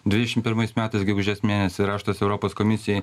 dvidešimt pirmais metais gegužės mėnesį raštas europos komisijai